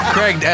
Craig